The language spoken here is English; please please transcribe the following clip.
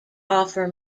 offer